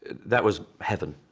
that was heaven,